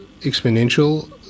exponential